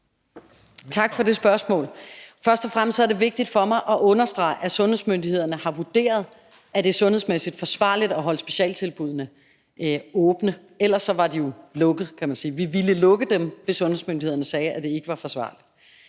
Tak for det spørgsmål. Først og fremmest er det vigtigt for mig at understrege, at sundhedsmyndighederne har vurderet, at det er sundhedsmæssigt forsvarligt at holde specialtilbuddene åbne. Ellers var de jo lukket, kan man sige. Vi ville lukke dem, hvis sundhedsmyndighederne sagde, at det ikke var forsvarligt.